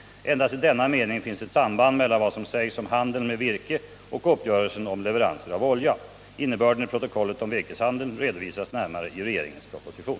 Endast i denna mening finns ett samband mellan vad som sägs om handeln med virke och uppgörelsen om leveranser av olja. Innebörden i protokollet om virkeshandeln redovisas närmare i regeringens proposition.